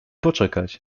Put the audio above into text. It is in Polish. poczekać